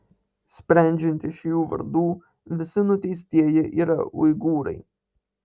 sprendžiant iš jų vardų visi nuteistieji yra uigūrai